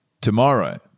Tomorrow